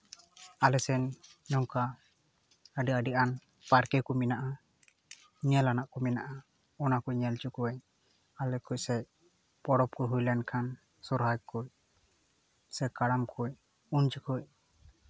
ᱟᱞᱮ ᱥᱮᱱ ᱱᱚᱝᱠᱟ ᱟᱞᱮ ᱟᱹᱰᱤᱜᱟᱱ ᱯᱟᱨᱠᱮ ᱠᱚ ᱢᱮᱱᱟᱜᱼᱟ ᱧᱮᱞ ᱟᱱᱟᱜ ᱠᱚ ᱢᱮᱱᱟᱜᱼᱟ ᱚᱱᱟ ᱠᱚ ᱧᱮᱞ ᱡᱚᱠᱷᱚᱡ ᱟᱞᱮ ᱠᱚᱥᱮᱜ ᱯᱚᱨᱚᱵᱽ ᱠᱚ ᱦᱩᱭ ᱞᱮᱱᱠᱷᱟᱱ ᱥᱚᱨᱦᱟᱭ ᱠᱩᱡ ᱥᱮ ᱠᱟᱨᱟᱢ ᱠᱩᱡ ᱩᱱ ᱡᱚᱠᱷᱚᱡ